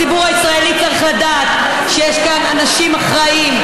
הציבור הישראלי צריך לדעת שיש כאן אנשים אחראיים,